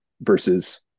Versus